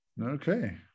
Okay